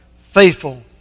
Faithful